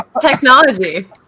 technology